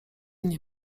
nie